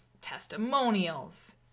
testimonials